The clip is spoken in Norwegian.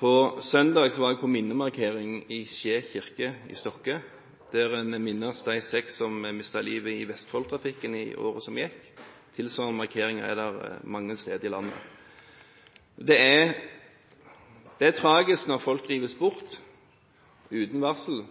På søndag var jeg på minnemarkering i Skjee kirke i Stokke, der en mintes de seks som mistet livet i Vestfold-trafikken i året som gikk. Tilsvarende markeringer er det mange steder i landet. Det er tragisk når folk rives bort uten varsel